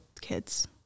kids